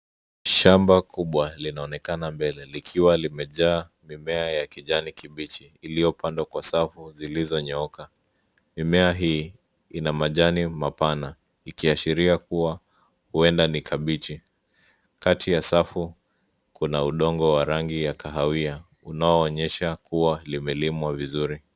Shamba kubwa linaonekana mbele likiwa limejaa mimea ya kijani kibichi iliyopandwa kwa safu zilizonyooka. Mimea hii, ina majani mapana ikashiria kuwa huenda ni kabichi. Kati ya safu kuna udongo wa rangi ya kahawia unaoonyesha kuwa limelimwa vizuri.